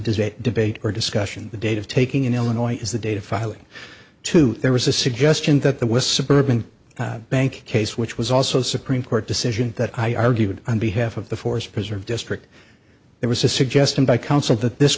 debate debate or discussion the date of taking in illinois is the date of filing two there was a suggestion that there was suburban bank case which was also supreme court decision that i argued on behalf of the forest preserve district there was a suggestion by counsel that this